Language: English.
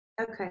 Okay